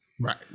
Right